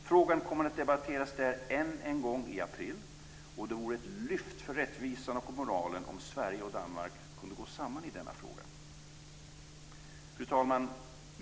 Frågan kommer att debatteras i Folketinget än en gång i april, och det vore ett lyft för rättvisan och moralen om Sverige och Danmark kunde gå samman i denna fråga. Fru talman!